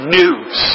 news